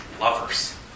lovers